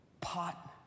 pot